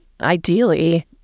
ideally